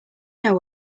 know